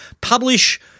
Publish